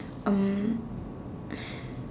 um